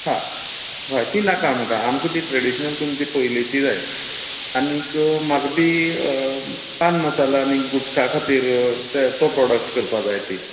हा हय ती नाका आमकां आमकां ती ट्रेडीशनल तुमची पयलींची जाय आनीक म्हाका ती पानमसाला आनी गुटखा खातीर तो प्रॉडक्ट करपा जाय ती